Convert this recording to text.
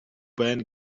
байна